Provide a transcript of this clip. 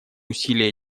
усилий